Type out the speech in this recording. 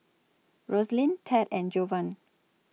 Rosalyn Tad and Jovan